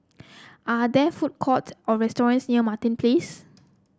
are there food courts or restaurants near Martin Place